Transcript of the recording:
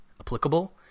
applicable